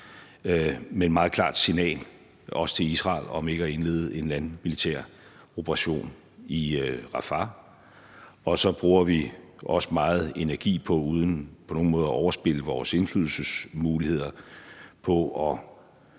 et meget klart signal til Israel om ikke at indlede en landmilitær operation i Rafah. Og så bruger vi også meget energi uden på nogen måde at overspille vores indflydelsesmuligheder på at